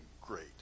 great